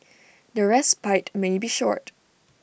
the respite may be short